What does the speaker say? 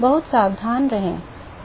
बहुत सावधान रहें